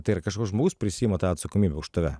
tai yra kažkoks žmogus prisiima tą atsakomybę už tave